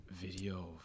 Video